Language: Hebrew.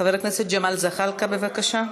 חבר הכנסת ג'מאל זחאלקה, בבקשה.